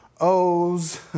o's